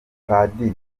padiri